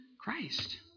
Christ